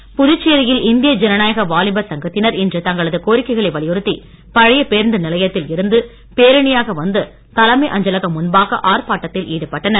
வாலிபர் சங்கம் புதுச்சேரியில் இந்திய ஜனநாயக வாலிபர் சங்கத்தினர் இன்று தங்களது கோரிக்கைகளை வலியுறுத்தி பழைய பேருந்து நிலையத்தில் இருந்து பேரணியாக வந்து தலைமை அஞ்சலகம் முன்பாக ஆர்ப்பாட்டத்தில் ஈடுபட்டனர்